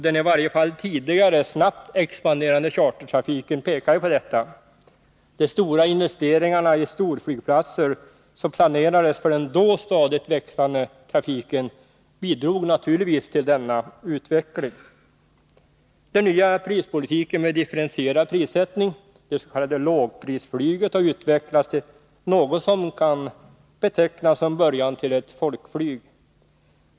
Den i varje fall tidigare snabbt expanderande chartertrafiken pekar ju på detta. De stora investeringarna i storflygplatser som planerades för den då stadigt växande trafiken bidrog naturligtvis till denna utveckling. Den nya prispolitiken med en differentierad prissättning, det s.k. lågprisflyget, har utvecklats till något som kan betecknas som början till ett folkflyg.